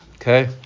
Okay